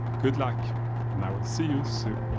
good luck and i'll see you soon.